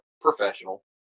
professional